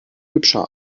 hübscher